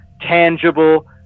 tangible